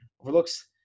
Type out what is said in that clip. Overlook's